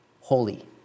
holy